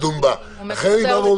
זו עוד שאלה שנדון בה.